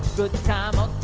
good time on